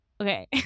Okay